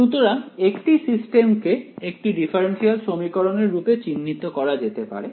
সুতরাং একটি সিস্টেমকে একটি ডিফারেনশিয়াল সমীকরণের রূপে চিহ্নিত করা যেতে পারে